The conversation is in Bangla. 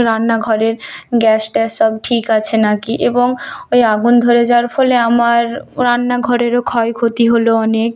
রান্নাঘরের গ্যাস ট্যাস সব ঠিক আছে নাকি এবং ওই আগুন ধরে যাওয়ার ফলে আমার রান্নাঘরেরও ক্ষয় ক্ষতি হলো অনেক